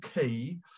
key